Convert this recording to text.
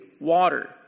water